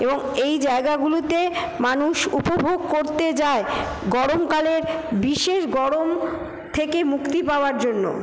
এবং এই জায়গাগুলিতে মানুষ উপভোগ করতে যায় গরমকালের বিশেষ গরম থেকে মুক্তি পাওয়ার জন্য